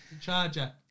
charger